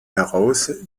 heraus